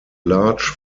large